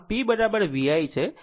આ p v i છે